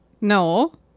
No